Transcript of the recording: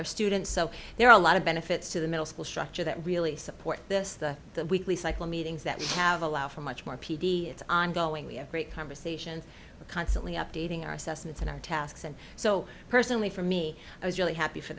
our students so there are a lot of benefits to the middle school structure that really support this that weekly cycle meetings that we have allowed for much more p d it's ongoing we have great conversations constantly updating our assessments and our tasks and so personally for me i was really happy for